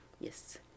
Yes